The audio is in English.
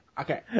Okay